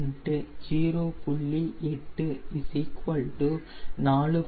8 4